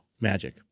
Magic